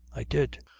i did.